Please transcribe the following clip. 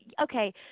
okay